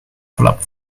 flap